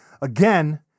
Again